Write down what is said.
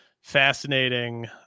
fascinating